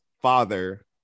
father